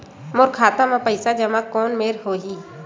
मोर खाता मा पईसा जमा कोन मेर होही?